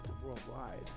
Worldwide